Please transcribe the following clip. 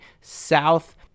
south